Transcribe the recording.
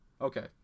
Okay